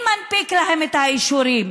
במעבר, מי מנפיק להן את האישורים?